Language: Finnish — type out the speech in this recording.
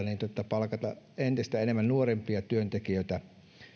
palkata entistä enemmän nuorempia työntekijöitä